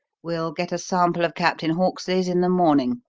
we'll get a sample of captain hawksley's in the morning.